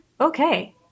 Okay